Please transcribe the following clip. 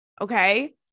Okay